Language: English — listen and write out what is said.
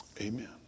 amen